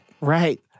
right